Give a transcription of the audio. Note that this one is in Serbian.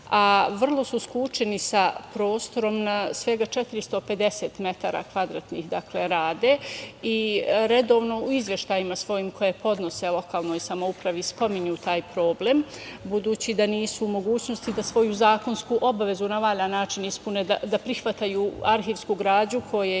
a vrlo su skučeni sa prostorom. Na svega 450 m2 rade i redovno u izveštajima svojim koje podnose lokalnoj samoupravi spominju taj problem, budući da nisu u mogućnosti da svoju zakonsku obavezu na valjan način ispune, da prihvataju arhivsku građu, koje